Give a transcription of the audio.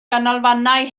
ganolfannau